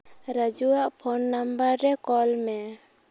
ᱨᱟᱡᱩᱣᱟᱜ phone number ᱨᱮ call ᱢᱮ